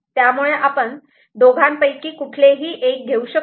त्यामुळे आपण दोघांपैकी कुठलेही एक घेऊ शकतो